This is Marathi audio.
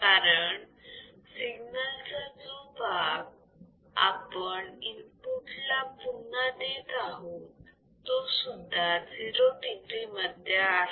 कारण सिग्नल चा जो भाग आपण इनपुट ला पुन्हा देत आहोत तो सुद्धा 0 degree मध्ये आहे